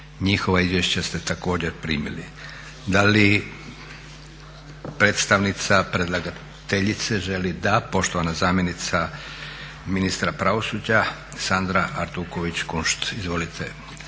Njihova izvješća ste također primili. Da li predstavnica predlagateljice želi? Da. Poštovana zamjenica ministra pravosuđa Sandra Artuković Kunšt. Izvolite.